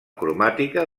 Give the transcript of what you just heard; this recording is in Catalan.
cromàtica